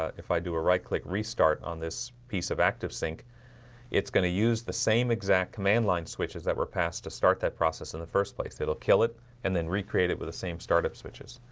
if i do a right click restart on this piece of activesync it's going to use the same exact command-line switches that were passed to start that process in the first place it'll kill it and then recreate it with the same startup switches